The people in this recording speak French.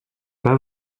pas